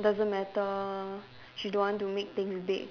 doesn't matter she don't want to make things big